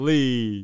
Lee